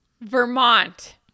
Vermont